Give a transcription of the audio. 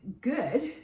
good